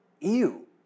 ew